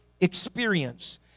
experience